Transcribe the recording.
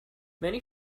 many